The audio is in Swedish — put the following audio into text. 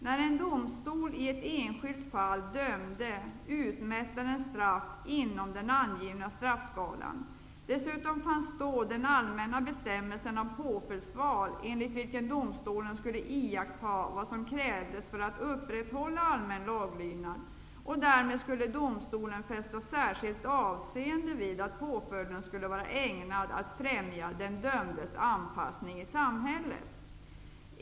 När en domstol i ett enskilt fall dömde, utmätte den straff inom den i dag angivna straffskalan. Dessutom fanns då den allmänna bestämmelsen om påföljdsval, enligt vilken domstolen skulle iaktta vad som krävdes för att upprätthålla allmän laglydnad. Domstolen skulle fästa särskilt avseende vid att påföljden skulle vara ägnad att främja den dömdes anpassning i samhället.